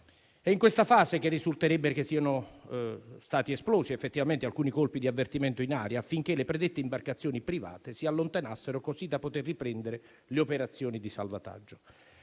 È in questa fase che risulterebbe che siano stati esplosi effettivamente alcuni colpi di avvertimento in aria, affinché le predette imbarcazioni private si allontanassero, così da poter riprendere le operazioni di salvataggio.